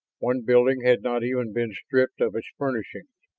one building had not even been stripped of its furnishings.